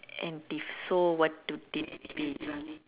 anti so what could it be